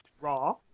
raw